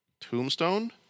Tombstone